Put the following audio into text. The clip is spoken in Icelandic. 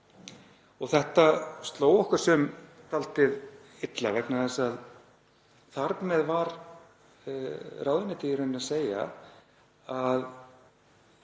Þetta sló okkur sum dálítið illa vegna þess að þar með var ráðuneytið í raun að segja að